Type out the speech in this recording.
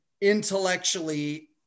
intellectually